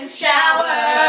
shower